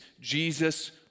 Jesus